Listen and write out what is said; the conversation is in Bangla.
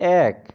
এক